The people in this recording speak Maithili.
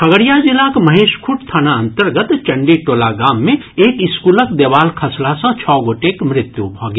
खगड़िया जिलाक महेशखूंट थाना अन्तर्गत चंडी टोला गाम मे एक स्कूलक देवाल खसला सँ छओ गोटे मृत्यु भऽ गेल